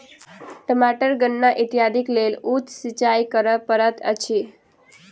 टमाटर गन्ना इत्यादिक लेल उप सिचाई करअ पड़ैत अछि